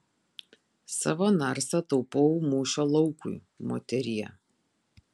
savo narsą taupau mūšio laukui moterie